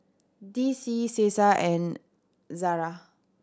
D C Cesar and Zara